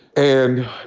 and,